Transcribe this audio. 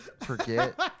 forget